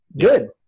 Good